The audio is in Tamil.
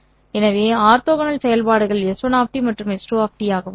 எனவே ஆர்த்தோகனல் செயல்பாடுகள் S1 மற்றும் S2 ஆகவும் இருக்கும்